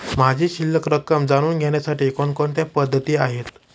माझी शिल्लक रक्कम जाणून घेण्यासाठी कोणकोणत्या पद्धती आहेत?